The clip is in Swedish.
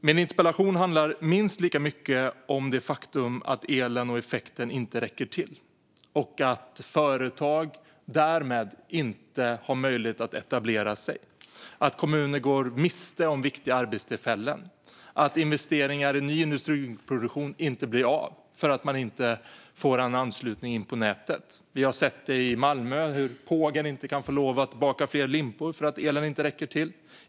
Min interpellation handlar minst lika mycket om det faktum att elen och effekten inte räcker till och att företag därmed inte har möjlighet att etablera sig samt om att kommuner går miste om viktiga arbetstillfällen och om att investeringar i ny industriproduktion inte blir av därför att man inte får anslutning till nätet. I Malmö har vi sett hur Pågen inte kunnat baka fler limpor därför att elen inte räckt till.